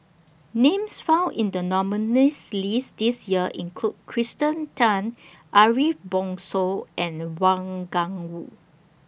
Names found in The nominees' list This Year include Kirsten Tan Ariff Bongso and Wang Gungwu